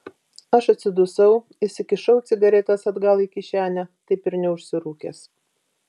aš atsidusau įsikišau cigaretes atgal į kišenę taip ir neužsirūkęs